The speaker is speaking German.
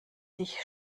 sich